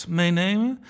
meenemen